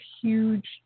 huge